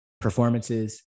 performances